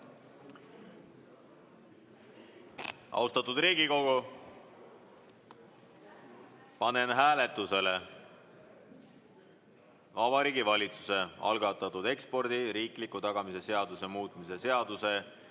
Austatud Riigikogu, panen hääletusele Vabariigi Valitsuse algatatud ekspordi riikliku tagamise seaduse muutmise seaduse